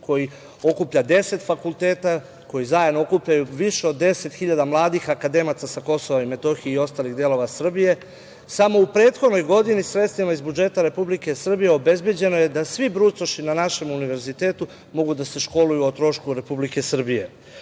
koji okuplja 10 fakulteta, koji zajedno okupljaju više od 10 hiljada mladih akademaca sa Kosova i Metohije i ostalih delova Srbije. Samo u prethodnoj godini, sredstvima iz budžeta Republike Srbije obezbeđeno je da svi brucoši na našem univerzitetu mogu da se školuju o trošku Republike